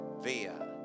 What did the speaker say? via